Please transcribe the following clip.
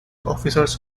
officers